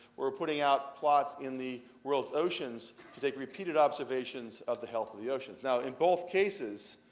we're putting out plots in the world's oceans to take repeated observations of the health of the oceans. now, in both cases,